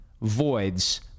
voids